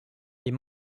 est